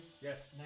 Yes